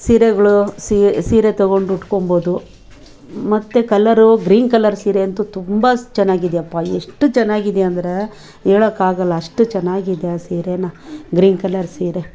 ಸೀರೆಗಳು ಸೀರೆ ತೊಗೊಂಡು ಉಟ್ಕೋಬೋದು ಮತ್ತು ಕಲರು ಗ್ರೀನ್ ಕಲರ್ ಸೀರೆಯಂತೂ ತುಂಬ ಚೆನ್ನಾಗಿದೆಯಪ್ಪ ಎಷ್ಟು ಚನ್ನಾಗಿದೆ ಅಂದರೆ ಹೇಳೋಕಾಗೋಲ್ಲ ಅಷ್ಟು ಚನ್ನಾಗಿದೆ ಆ ಸೀರೆನ ಗ್ರೀನ್ ಕಲರ್ ಸೀರೆ